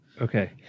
Okay